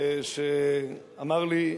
שאמר לי,